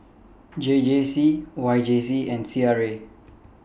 J J C Y J C and C R A